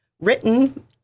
written